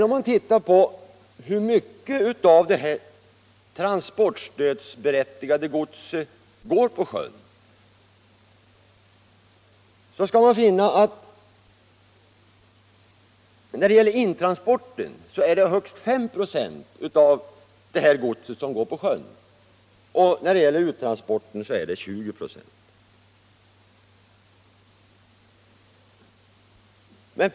Om man tar reda på hur mycket av det transportstödsberättigade godset som transporteras på sjön, skall man finna att högst 5 96 av intransporten sker på sjön och 20 96 av uttransporten.